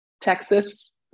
Texas